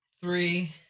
three